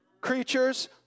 creatures